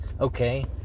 Okay